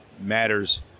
matters